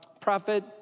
prophet